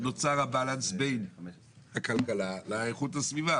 נוצר ה-balance בין הכלכלה לאיכות הסביבה?